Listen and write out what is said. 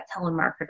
telemarketer